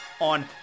on